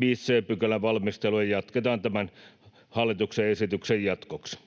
5 c §:n valmistelua jatketaan tämän hallituksen esityksen jatkoksi.